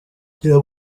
nshyira